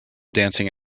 dancing